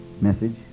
message